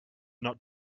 not